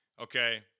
okay